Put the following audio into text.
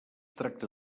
tracta